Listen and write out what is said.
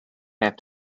have